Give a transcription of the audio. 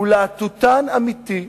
הוא להטוטן אמיתי,